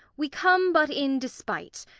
we come but in despite.